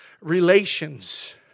relations